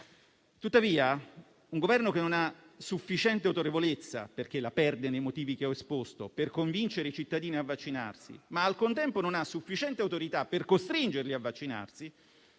tuttavia, un Governo che non ha sufficiente autorevolezza - perché la perde per i motivi che ho esposto - per convincere i cittadini a vaccinarsi, ma al contempo non ha sufficiente autorità per costringerli a vaccinarsi,